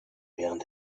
während